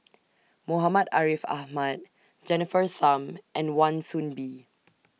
Muhammad Ariff Ahmad Jennifer Tham and Wan Soon Bee